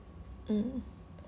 mm